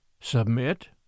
Submit